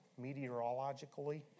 Meteorologically